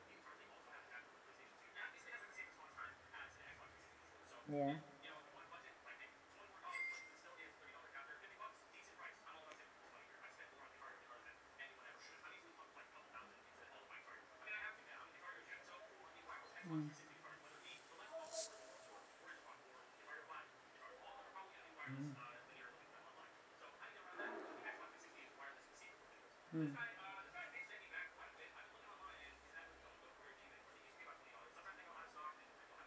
yeah mm